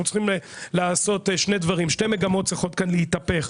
אנחנו צריכים לעשות שני דברים שתי מגמות צריכות כאן להתהפך,